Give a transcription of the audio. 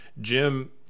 Jim